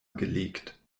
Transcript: gelegt